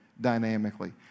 dynamically